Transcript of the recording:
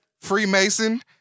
Freemason